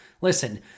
Listen